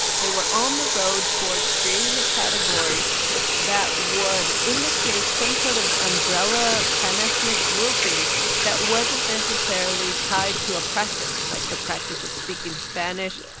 they were on the road towards creating a category that would indicate some sort of umbrella panethnic grouping that wasn't necessarily tied to a practice, like the practice of speaking spanish,